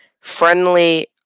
friendly